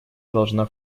должна